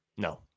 No